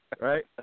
right